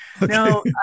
No